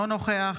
אינו נוכח